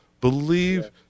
Believe